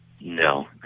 no